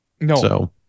No